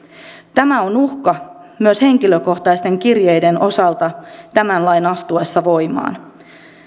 tämä on uhka myös henkilökohtaisten kirjeiden osalta tämän lain astuessa voimaan